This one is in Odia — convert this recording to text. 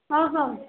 ହଁ ହଁ